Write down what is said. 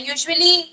Usually